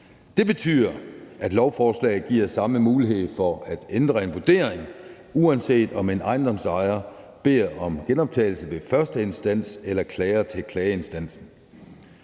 Det betyder, at lovforslaget giver samme mulighed for at ændre en vurdering, uanset om en ejendomsejer beder om genoptagelse ved første instans eller klager til klageinstansen.